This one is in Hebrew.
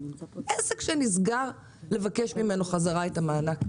עסק שנסגר לבקש ממנו חזרה את המענק?